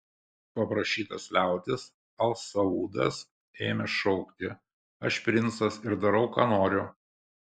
paprašytas liautis al saudas ėmė šaukti aš princas ir darau ką noriu